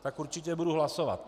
Tak určitě budu hlasovat.